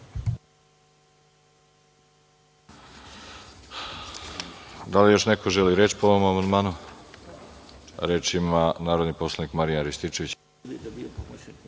Da li još neko želi reč po ovom amandmanu? Reč ima narodni poslanik Marijan Rističević.